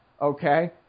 Okay